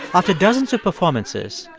after dozens of performances,